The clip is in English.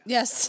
Yes